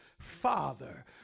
Father